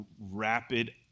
rapid